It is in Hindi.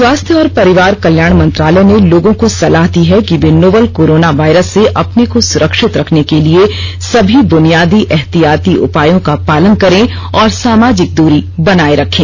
स्वास्थ्य और परिवार कल्याण मंत्रालय ने लोगों को सलाह दी है कि वे नोवल कोरोना वायरस से अपने को सुरक्षित रखने के लिए सभी बुनियादी एहतियाती उपायों का पालन करें और सामाजिक दूरी बनाए रखें